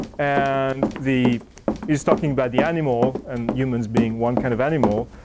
and the he's talking about the animal and humans being one kind of animal.